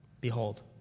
Behold